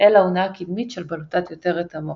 אל האונה הקדמית של בלוטת יותרת המוח,